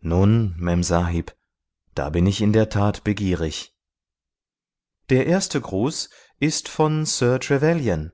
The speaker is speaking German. nun memsahib da bin ich in der tat begierig der erste gruß ist von sir trevelyan